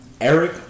Eric